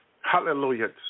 Hallelujah